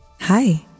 Hi